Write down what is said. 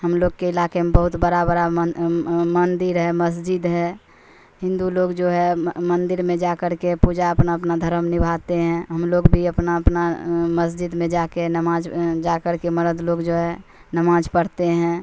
ہم لوگ کے علاقے میں بہت بڑا بڑا مندر ہے مسجد ہے ہندو لوگ جو ہے مندر میں جا کر کے پوجا اپنا اپنا دھرم نبھاتے ہیں ہم لوگ بھی اپنا اپنا مسجد میں جا کے نماز جا کر کے مرد لوگ جو ہے نماز پڑھتے ہیں